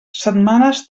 setmanes